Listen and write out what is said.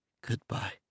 Goodbye